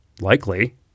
likely